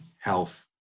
health